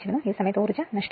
ആ സമയത്ത് ഊർജ്ജ നഷ്ടമുണ്ട്